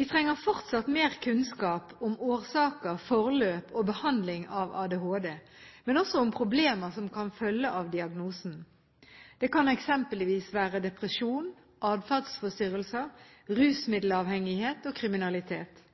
Vi trenger fortsatt mer kunnskap om årsaker, forløp og behandling av ADHD, men også om problemer som kan følge av diagnosen. Det kan eksempelvis være depresjon, atferdsforstyrrelser, rusmiddelavhengighet og kriminalitet.